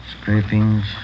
scrapings